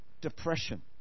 Depression